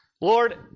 Lord